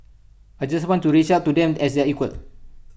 I just want to reach out to them as their equal